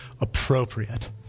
appropriate